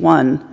one